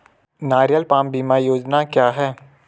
नारियल पाम बीमा योजना क्या है?